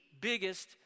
biggest